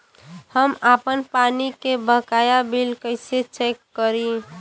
हम आपन पानी के बकाया बिल कईसे चेक करी?